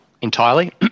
entirely